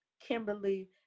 Kimberly